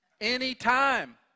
Anytime